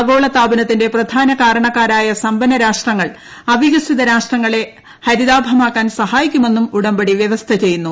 ആഗോള താപനത്തിന്റെ പ്രധാന കാരണക്കാരായ സമ്പന്ന രാഷ്ട്രങ്ങൾ അവികസിത രാഷ്യങ്ങളെ ഹരിതാഭമാക്കി്റ്റൻ സഹായിക്കുമെന്നും ഉടമ്പടി വ്യവസ്ഥ ചെയ്യുന്നു